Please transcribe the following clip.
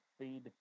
feed